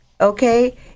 okay